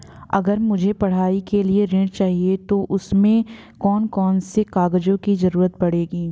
अगर मुझे पढ़ाई के लिए ऋण चाहिए तो उसमें कौन कौन से कागजों की जरूरत पड़ेगी?